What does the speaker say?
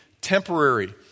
temporary